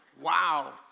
Wow